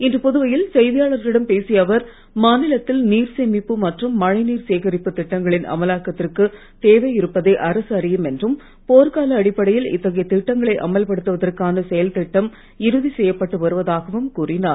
இன்று புதுவையில் செய்தியாளர்களிடம் பேசிய அவர் மாநிலத்தில் நீர் சேமிப்பு மற்றும் மழை நீர் சேகரிப்பு திட்டங்களின் அமலாக்கத்திற்கு தேவை இருப்பதை அரசு அறியும் என்றும் போர்க் கால அடிப்படையில் இத்தகைய திட்டங்களை அமல்படுத்துவதற்கான செயல் திட்டம் இறுதி செய்யப்பட்டு வருவதாகவும் கூறினார்